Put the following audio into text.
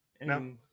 no